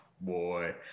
boy